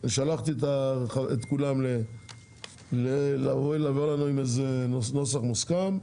שלחתי את כולם לבוא אלינו עם איזה נוסח מוסכם.